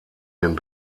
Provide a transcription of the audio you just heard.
den